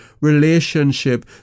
relationship